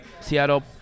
Seattle